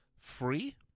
free